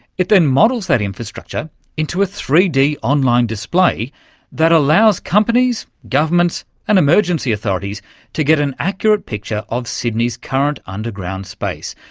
it then models that infrastructure into a three d online display that allows companies, governments and emergency authorities to get an accurate picture of sydney's current underground space,